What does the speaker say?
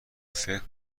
فکر